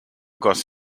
goss